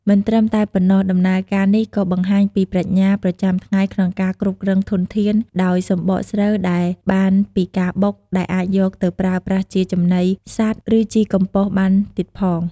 មិនត្រឹមតែប៉ុណ្ណោះ ដំណើរការនេះក៏បង្ហាញពីប្រាជ្ញាប្រចាំថ្ងៃក្នុងការគ្រប់គ្រងធនធាន ដោយសម្បកស្រូវដែលបានពីការបុក ដែលអាចយកទៅប្រើប្រាស់ជាចំណីសត្វ ឬជីកំប៉ុស្តបានទៀតផង។